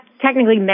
technically